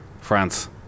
France